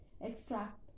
Extract